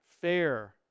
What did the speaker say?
fair